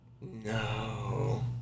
No